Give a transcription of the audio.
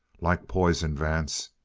like poison, vance.